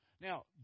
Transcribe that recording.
Now